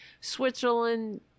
Switzerland